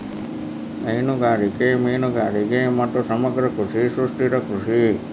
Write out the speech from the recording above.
ಹೈನುಗಾರಿಕೆ, ಮೇನುಗಾರಿಗೆ ಮತ್ತು ಸಮಗ್ರ ಕೃಷಿ ಸುಸ್ಥಿರ ಕೃಷಿ